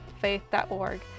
faith.org